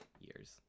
years